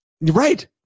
right